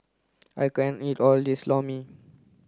I can't eat all of this lor mee